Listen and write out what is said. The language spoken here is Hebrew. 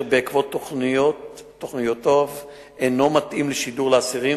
בעקבות תכניו אינו מתאים לשידור לאסירים,